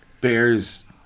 Bears